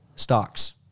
stocks